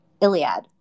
Iliad